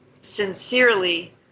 sincerely